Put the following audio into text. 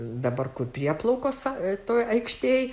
dabar kur prieplaukos toj aikštėj